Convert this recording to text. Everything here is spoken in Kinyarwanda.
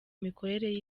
mikorere